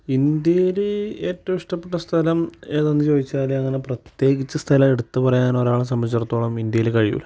ഇന്ത്യയിൽ ഏറ്റവും ഇഷ്ടപ്പെട്ട സ്ഥലം ഏതെന്ന് ചോദിച്ചാൽ അങ്ങനെ പ്രത്യേകിച്ച് സ്ഥലം എടുത്ത് പറയാൻ ഒരാളെ സംബന്ധിച്ചിടത്തോളം ഇന്ത്യയിൽ കഴിയില്ല